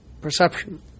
perception